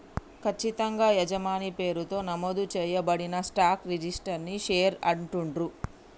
ఖచ్చితంగా యజమాని పేరుతో నమోదు చేయబడిన స్టాక్ ని రిజిస్టర్డ్ షేర్ అంటుండ్రు